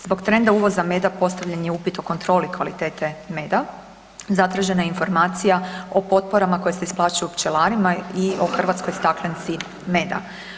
Zbog trenda uvoza meda, postavljen je upit o kontroli kvalitete meda, zatražena je informacija o potporama koje se isplaćuju pčelarima i o hrvatskoj staklenci meda.